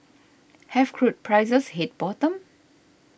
have crude prices hit bottom